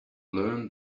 learn